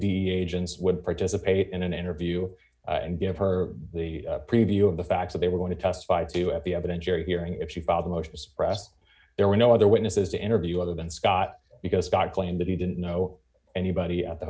dea agents would participate in an interview and give her the preview of the fact that they were going to testify to at the evidence you're hearing if she filed motions pressed there were no other witnesses to interview other than scott because scott claimed that he didn't know anybody at the